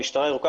המשטרה הירוקה,